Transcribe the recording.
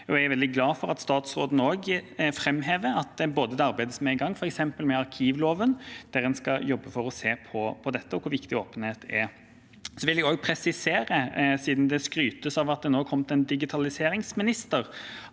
Jeg er veldig glad for at statsråden framhever det arbeidet som er i gang, f.eks. med arkivloven, der en skal jobbe for å se på dette, og hvor viktig åpenhet er. Jeg vil også presisere – siden det skrytes av at det nå er kommet en digitaliseringsminister